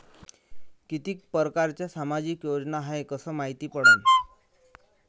कितीक परकारच्या सामाजिक योजना हाय कस मायती पडन?